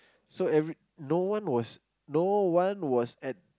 so every no one was no one was at